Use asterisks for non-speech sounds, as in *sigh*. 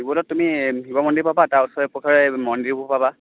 *unintelligible* তুমি শিৱমন্দিৰ পাবা তাৰ ওচৰে পাঁজৰে মন্দিৰবোৰ পাবা